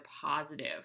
positive